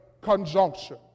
conjunction